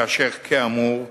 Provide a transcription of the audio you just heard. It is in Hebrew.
כאשר, כאמור,